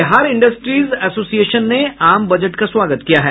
Bihar industries association ने आम budget का स्वागत किया है